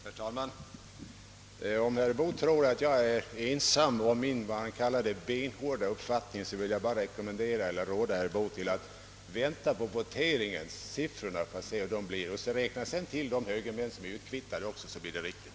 Herr talman! Om herr Boo tror att jag är ensam om min, som han kallar det, benhårda uppfattning, vill jag råda herr Boo att vänta på voteringen och se på siffrorna. Om herr Boo sedan också räknar med de högermän som är utkvittade blir resultatet riktigt.